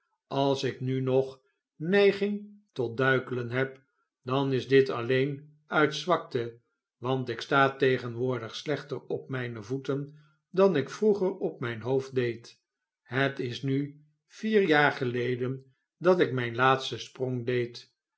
als ik nu nog neiging tot duikelen heb dan is dit alleen uit zwakte want ik sta tegenwoordig slechter op mijne voeten dan ik vroeger op mijn hoofd deed het is nu vier jaar geleden dat ik mijn laatsten sprang deed